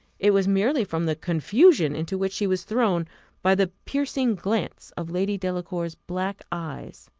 it was merely from the confusion into which she was thrown by the piercing glance of lady delacour's black eyes